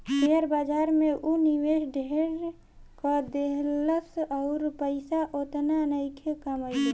share बाजार में ऊ निवेश ढेर क देहलस अउर पइसा ओतना नइखे कमइले